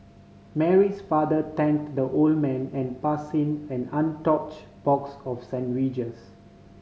Mary's father thanked the old man and pass him an untouch box of sandwiches